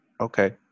Okay